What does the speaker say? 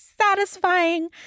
satisfying